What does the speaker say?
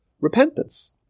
repentance